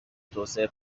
توسعه